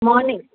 morning